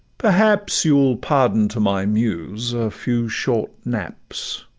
perhaps you ll pardon to my muse a few short naps.